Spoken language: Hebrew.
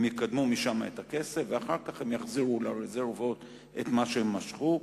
הם יקדמו משם את הכסף ואחר כך הם יחזירו לרזרבות את מה שהם משכו.